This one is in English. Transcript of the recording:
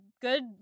good